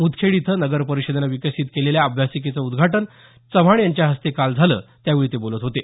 मुदखेड इथं नगरपरिषदेनं विकसीत केलेल्या अभ्यासिकेचं उद्घाटन चव्हाण यांच्या हस्ते काल झालं त्यावेळी ते बोलत होते